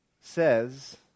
says